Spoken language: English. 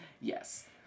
Yes